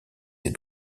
ses